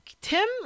Tim